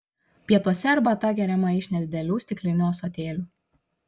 pietuose arbata geriama iš nedidelių stiklinių ąsotėlių